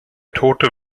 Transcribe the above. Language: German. tote